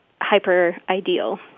hyper-ideal